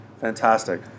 Fantastic